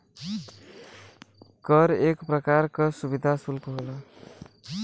कर एक परकार का सुविधा सुल्क होला